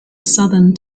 southern